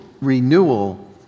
renewal